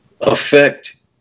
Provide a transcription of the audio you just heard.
affect